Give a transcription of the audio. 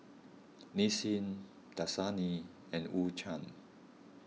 Nissin Dasani and U Cha